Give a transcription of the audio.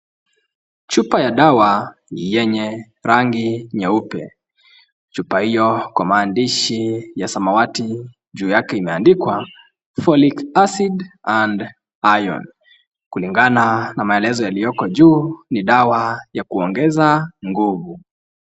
Chupa ya dawa, yenye rangi nyeupe. Chupa hiyo kwa maandishi ya samawati, juu yake imeandikwa Pholic acid and Iron . Kulingana na maelezo yaliyoko juu, ni dawa ya kuongeza nguvu.